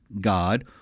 God